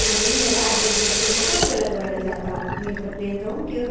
अन्त यहीँनिर आठ बजिसक्यो म कति बेला गएर चाहिँ अन्त मेरो त प्लेन त उम्क्यो